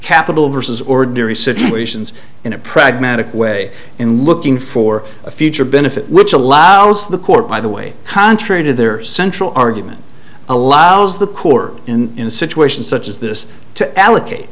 capital versus ordinary situations in a pragmatic way in looking for a future benefit which allows the court by the way contrary to their central argument allows the court in a situation such as this to allocate